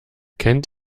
kennt